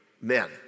men